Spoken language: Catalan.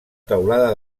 teulada